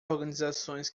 organizações